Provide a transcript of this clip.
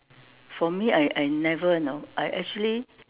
for me I I never you know I actually